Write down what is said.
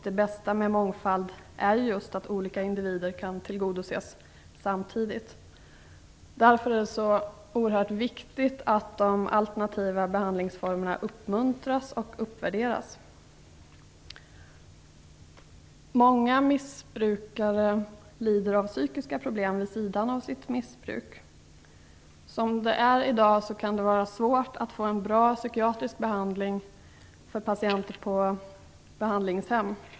Det bästa med mångfald är just att olika individers behov kan tillgodoses samtidigt. Det är därför det är så oerhört viktigt att de alternativa behandlingsformerna uppmuntras och uppvärderas. Många missbrukare lider av psykiska problem vid sidan av sitt missbruk. Som det är i dag kan det ofta vara svårt att få en bra psykiatrisk behandling för patienter på behandlingshem.